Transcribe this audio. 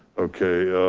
okay,